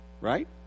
Right